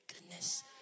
goodness